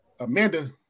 Amanda